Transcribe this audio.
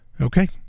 Okay